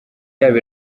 yabo